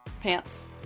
pants